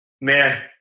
man